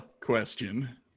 question